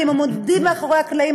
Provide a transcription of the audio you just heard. כי הם עובדים מאחורי הקלעים,